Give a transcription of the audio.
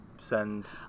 send